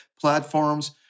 platforms